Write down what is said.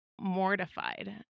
mortified